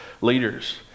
leaders